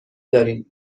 دارین